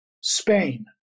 Spain